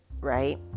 right